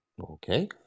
Okay